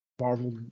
marvel